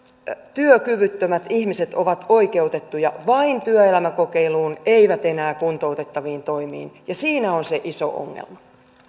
työkyvyttömät ihmiset ovat oikeutettuja vain työelämäkokeiluun eivät enää kuntouttaviin toimiin siinä on se iso ongelma